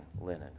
linen